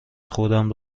خودم